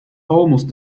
almost